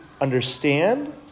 understand